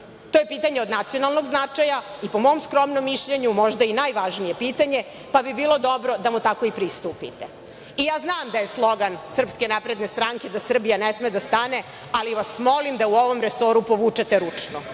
To je pitanje od nacionalnog značaja i, po mom skromnom mišljenju, možda i najvažnije pitanje, pa bi bilo dobro da mu tako i pristupite. Znam da je slogan SNS da Srbija ne sme da stane, ali vas molim da u ovom resoru povučete ručnu,